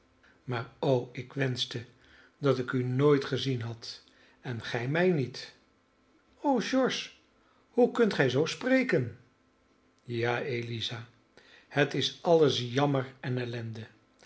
maar o ik wenschte dat ik u nooit gezien had en gij mij niet o george hoe kunt gij zoo spreken ja eliza het is alles jammer en ellende